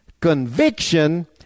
Conviction